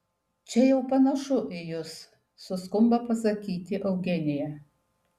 čia jau panašu į jus suskumba pasakyti eugenija